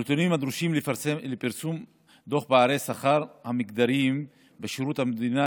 הנתונים הדרושים לפרסום דוח פערי השכר המגדריים בשירות המדינה